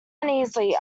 uneasily